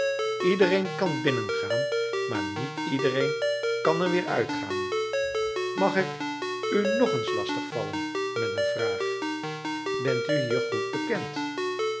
iedereen kan er binnengaan maar niet iedereen kan er weer uitgaan mag ik u nog eens lastig vallen met een vraag bent u hier goed bekend